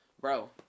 bro